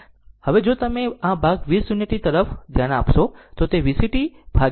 હવે જો તમે આ ભાગ V 0 t તરફ ધ્યાન આપશો તો તે VCt ભાગ્યા 80 ગુણ્યા 48 છે